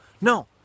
no